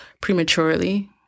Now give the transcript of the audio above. prematurely